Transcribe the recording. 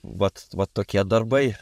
vat vat tokie darbai